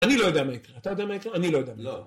אני לא יודע מה יקרה, אתה יודע מה יקרה? אני לא יודע.